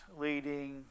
leading